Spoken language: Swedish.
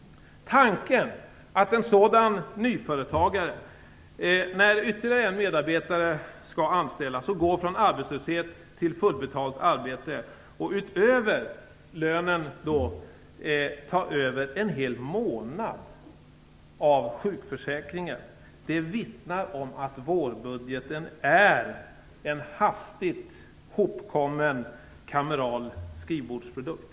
Tanken att en sådan nyföretagare när en ytterligare medarbetare skall anställas och gå från arbetslöshet till ett fullbetalt arbete därutöver skall ta över en hel månad från sjukförsäkringen, vittnar om att vårbudgeten är en hastigt hopkommen kameral skrivbordsprodukt.